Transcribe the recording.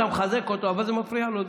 אתה מחזק אותו אבל זה מפריע לו.